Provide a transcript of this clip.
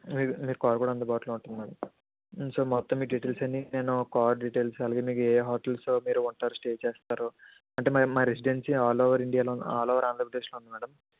మీ మీకు కార్ కూడా అందుబాటులో ఉంటుంది మేడం సో మొత్తం మీ డీటెయిల్స్ అన్ని నేను కార్ డీటెయిల్స్ అలాగే మీకు ఏ హోటల్స్లో మీరు ఉంటారో స్టే చేస్తారో అంటే మా మా రెసిడెన్సీ ఆల్ ఓవర్ ఇండియాలో ఆల్ ఓవర్ ఆంధ్రప్రదేశ్లో ఉంది మేడం